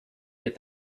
get